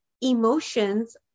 Emotions